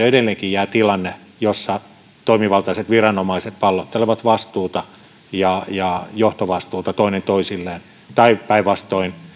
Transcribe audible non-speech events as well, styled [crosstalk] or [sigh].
[unintelligible] edelleenkin jää tilanne jossa toimivaltaiset viranomaiset pallottelevat vastuuta ja ja johtovastuuta toinen toisilleen tai päinvastoin